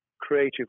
creative